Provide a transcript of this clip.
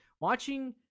watching